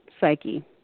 psyche